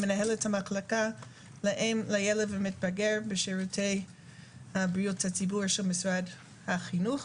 מנהלת המחלקה לאם לילד ולמתבגר בשירותי בריאות הציבור של משרד החינוך.